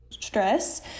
stress